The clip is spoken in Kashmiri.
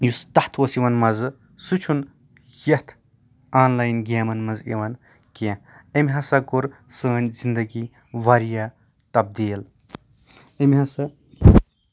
یُس تَتھ اوس یِوان مَزٕ سُہ چھُ نہٕ یَتھ آن لاین گیمَن منٛز یِوان کیٚنٛہہ أمۍ ہسا کوٚر سٲنۍ زنٛدگی واریاہ تَبدیٖل أمۍ ہسا